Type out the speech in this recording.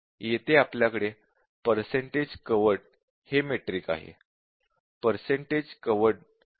येथे आपल्याकडे percentage covered हे मेट्रिक आहे